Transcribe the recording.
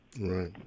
Right